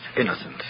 innocent